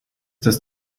dass